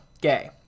gay